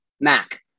mac